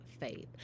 faith